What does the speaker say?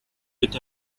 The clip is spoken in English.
with